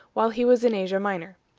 while he was in asia minor.